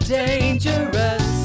dangerous